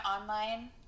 online